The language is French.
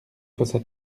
fosses